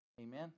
amen